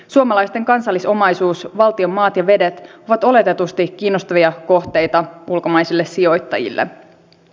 suomalaisten kansallisomaisuus valtion maat ja vedet on oletetusti kiinnostava kohde ulkomaisille sijoittajille